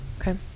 okay